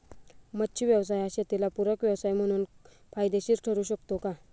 मच्छी व्यवसाय हा शेताला पूरक व्यवसाय म्हणून फायदेशीर ठरु शकतो का?